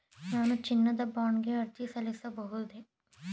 ನಾನು ಚಿನ್ನದ ಬಾಂಡ್ ಗೆ ಅರ್ಜಿ ಸಲ್ಲಿಸಬಹುದೇ?